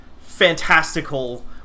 fantastical